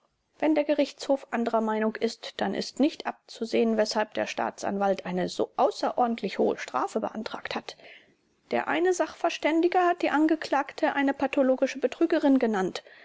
wenn der gerichtshof anderer meinung ist dann ist nicht abzusehen weshalb der staatsanwalt eine so außerordentlich hohe strafe beantragt hat der eine sachverständige hat die angeklagte eine pathologische betrügerin genannt